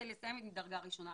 דרגה ראשונה.